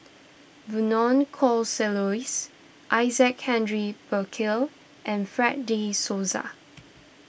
Vernon Isaac Henry Burkill and Fred De Souza